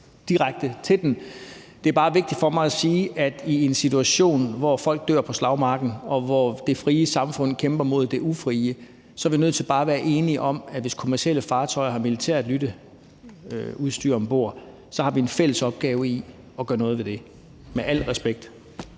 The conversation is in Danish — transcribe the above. direkte til den, men det er bare vigtigt for mig at sige, at i en situation, hvor folk dør på slagmarken, og hvor det frie samfund kæmper mod det ufrie, er vi nødt til bare at være enige om, at hvis kommercielle fartøjer har militært lytteudstyr om bord, har vi – med al respekt – en fælles opgave i at gøre noget ved det. Kl.